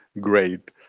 great